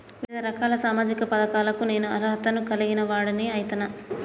వివిధ రకాల సామాజిక పథకాలకు నేను అర్హత ను కలిగిన వాడిని అయితనా?